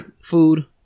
food